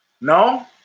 No